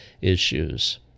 issues